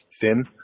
thin